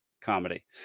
comedy